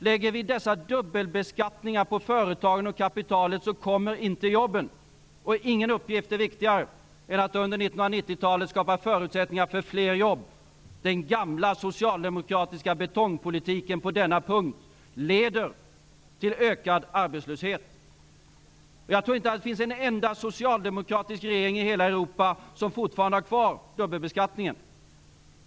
Lägger vi dessa dubbelbeskattningar på företagen och kapitalet skapas inte jobben. Ingen uppgift är viktigare än att under 1990-talet skapa förutsättningar för fler jobb. Den gamla socialdemokratiska betongpolitiken på detta område leder till ökad arbetslöshet. Jag tror inte att det finns en enda socialdemokratisk regering i hela Europa som fortfarande har kvar dubbelbeskattningen.